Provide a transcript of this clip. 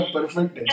Perfect